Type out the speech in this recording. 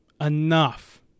Enough